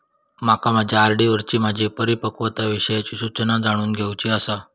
माका माझ्या आर.डी वरची माझी परिपक्वता विषयची सूचना जाणून घेवुची आसा